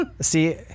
see